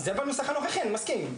זה בנוסח הנוכחי, אני מסכים.